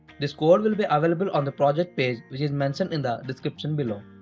this code will be available on the project page which is mentioned in the description below.